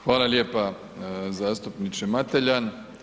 Hvala lijepa zastupniče Mateljan.